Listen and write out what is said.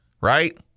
right